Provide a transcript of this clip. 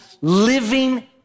living